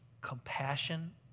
compassion